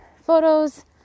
photos